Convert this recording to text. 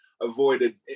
avoided